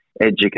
educate